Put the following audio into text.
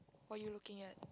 what are you looking at